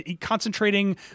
concentrating